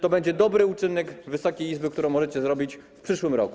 To będzie dobry uczynek Wysokiej Izby, który możecie zrobić w przyszłym roku.